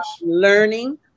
learning